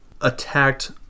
attacked